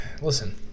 Listen